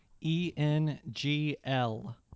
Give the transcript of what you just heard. E-N-G-L